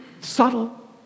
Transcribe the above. Subtle